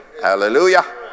Hallelujah